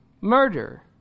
murder